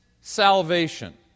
salvation